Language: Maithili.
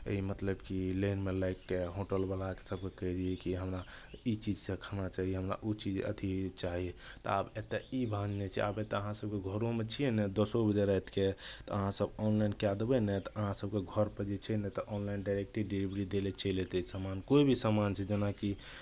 मतलब कि लाइनमे लागि कऽ होटलवलाकेँ सभके कहै रहियै कि हमरा ई चीजसँ खाना चाही हमरा ओ चीज अथि चाही तऽ आब एतय ई बात नहि छै आब एतय अहाँ सभ घरोमे छियै नहि दसो बजे रातिके तऽ अहाँसभ ऑनलाइन कए देबै ने तऽ अहाँ सभके घरपर जे छै ने तऽ ऑनलाइन डायरेक्टे डिलिवरी दै लए चलि अयतै सामान कोइ भी सामान छै जेनाकि